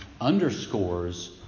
underscores